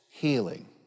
Healing